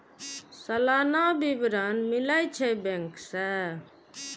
सलाना विवरण मिलै छै बैंक से?